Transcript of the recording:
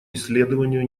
исследованию